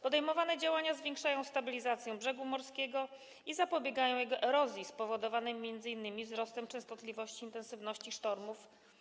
Podejmowane działania zwiększają stabilizację brzegu morskiego i zapobiegają jego erozji spowodowanej m.in. wzrostem częstotliwości i intensywności sztormów.